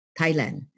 Thailand